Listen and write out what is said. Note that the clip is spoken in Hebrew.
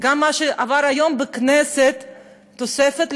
בדיוק בכותל המערבי?